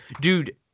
Dude